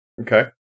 Okay